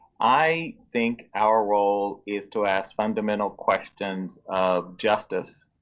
i think our role is to ask fundamental questions of justice,